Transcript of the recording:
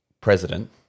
president